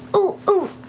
ooh, ooh!